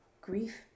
Grief